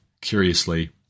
curiously